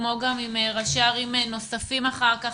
כמו גם עם ראשי ערים נוספים אחר כך,